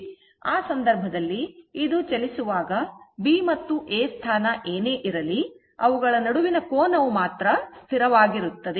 ಆ ಸಂದರ್ಭದಲ್ಲಿ ಇದು ಚಲಿಸುವಾಗ B ಮತ್ತು A ಸ್ಥಾನ ಏನೇ ಇರಲಿ ಅವುಗಳ ನಡುವಿನ ಕೋನವು ಸ್ಥಿರವಾಗಿರುತ್ತದೆ